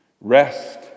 rest